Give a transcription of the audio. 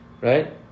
Right